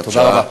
תודה רבה.